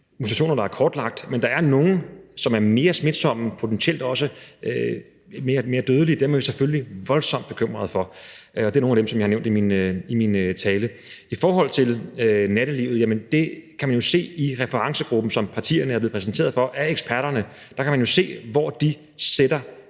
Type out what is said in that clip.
mutationer, der er kortlagt, men der er nogle, som er mere smitsomme og potentielt også mere dødelige, og dem er vi selvfølgelig voldsomt bekymrede for. Og det er nogle af dem, som jeg har nævnt i min tale. I forhold til nattelivet: Man kan jo se det i det fra referencegruppen, som partierne er blevet præsenteret for – altså fra eksperterne – hvor de sætter